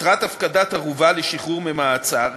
מטרת הפקדת ערובה לשחרור ממעצר